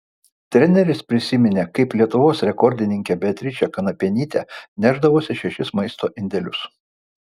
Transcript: treneris prisiminė kaip lietuvos rekordininkė beatričė kanapienytė nešdavosi šešis maisto indelius